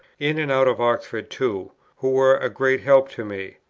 in and out of oxford too, who were a great help to me.